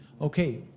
Okay